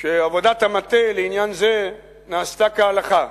שעבודת המטה לעניין זה נעשתה כהלכה.